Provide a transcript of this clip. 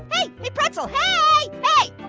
hey, hey pretzel, hey, hey!